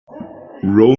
roll